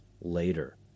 later